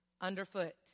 underfoot